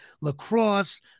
lacrosse